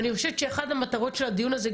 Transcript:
אני חושבת שאחת המטרות של הדיון הזה,